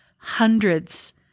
hundreds